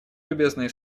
любезные